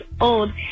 old